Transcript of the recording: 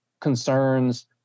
concerns